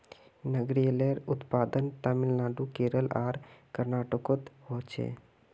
नारियलेर उत्पादन तामिलनाडू केरल आर कर्नाटकोत होछे